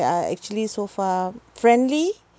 they are actually so far friendly